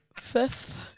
Fifth